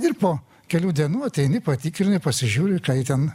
ir po kelių dienų ateini patikrini pasižiūri ką ji ten